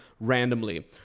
randomly